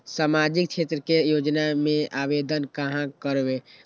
सामाजिक क्षेत्र के योजना में आवेदन कहाँ करवे?